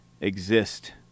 exist